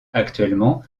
actuellement